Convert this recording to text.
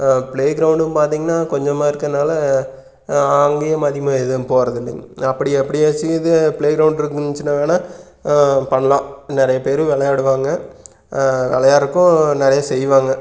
play க்ரௌண்ட்டும் பார்த்தீங்கன்னா கொஞ்சமாக இருக்கிறதுனால அங்கேயும் அதிகமாக எதுவும் போகிறதில்லைங்க அப்படி எப்படியாச்சும் இது ப்ளே க்ரௌண்ட் இருந்துச்சுன்னாங்கன்னா பண்ணலாம் நிறைய பேர் விளையாடுவாங்க விளையாடுறதுக்கும் நிறைய செய்வாங்கள்